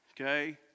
okay